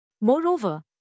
Moreover